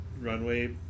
runway